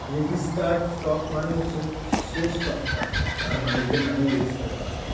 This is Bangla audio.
রেজিস্টার্ড স্টক মানে হচ্ছে সে স্টকটা তার মালিকের নামে রেজিস্টার করা হয়